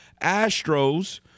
Astros